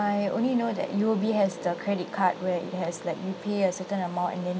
I only know that U_O_B has the credit card where it has like we pay a certain amount and then